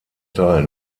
teil